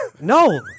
No